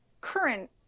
current